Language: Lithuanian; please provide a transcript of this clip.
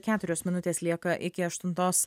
keturios minutės lieka iki aštuntos